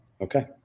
okay